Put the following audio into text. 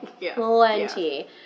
Plenty